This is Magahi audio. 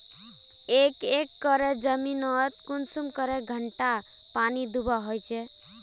एक एकर जमीन नोत कुंसम करे घंटा पानी दुबा होचए?